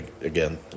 again